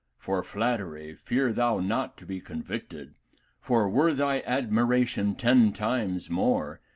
for flattery fear thou not to be convicted for, were thy admiration ten times more,